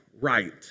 right